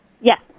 Yes